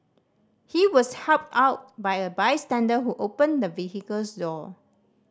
he was helped out by a bystander who opened the vehicle's door